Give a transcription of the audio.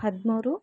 ಹದಿಮೂರು